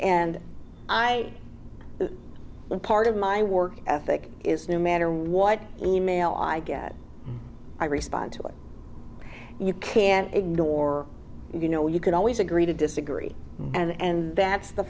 and i was part of my work ethic is no matter what email i get i respond to it you can't ignore you know you could always agree to disagree and that's the